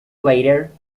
later